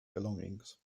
belongings